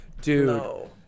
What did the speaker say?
Dude